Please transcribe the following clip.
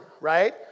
right